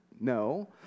no